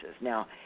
Now